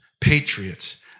patriots